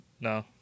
No